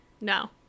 no